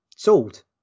sold